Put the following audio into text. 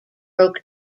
broke